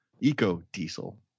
eco-diesel